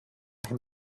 him